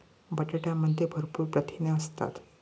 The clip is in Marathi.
बटाट्यामध्ये भरपूर प्रथिने असतात